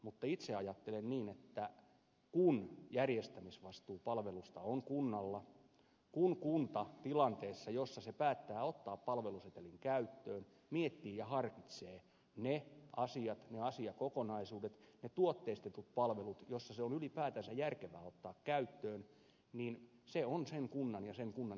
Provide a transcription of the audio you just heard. mutta itse ajattelen niin että kun järjestämisvastuu palvelusta on kunnalla ja kun kunta tilanteessa jossa se päättää ottaa palvelusetelin käyttöön miettii ja harkitsee ne asiat ne asiakokonaisuudet ne tuotteistetut palvelut joissa se on ylipäätänsä järkevää ottaa käyttöön niin se on sen kunnan ja sen kunnan asukkaiden asia